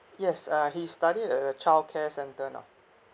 yes uh he's studying at a childcare centre now